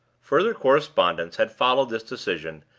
further correspondence had followed this decision,